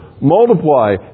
Multiply